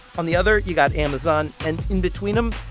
on the other, you got amazon. and in between them,